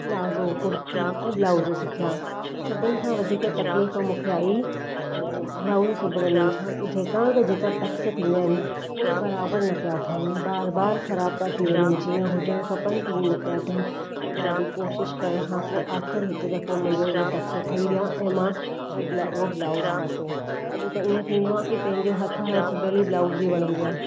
palazzo kurti ऐं blouse सिखिया पर सभिनी खां वधीक तक़लीफ़ मूंखे आई ब्लाउज़ सुबणु में जेकाणि न जेका टक्स थींदा आहिनि उहे बरोबर न पिया ठहनि बार बार ख़राब पिया थी वञनि जीअं हुजण खपनि तीअं न पिया थियनि पोइ ॾाढी कोशिशि करणु खां पोइ आख़िरि हिकु दफ़ो मुंहिंजो हूअ टक्स ठही विया ऐं मां पोइ उहो ब्लाउज़ पातो अॼु त ईअं थींदो आहे कि पंहिंजे हथ खां सुबियल ब्लाउज़ ई वणंदो आहे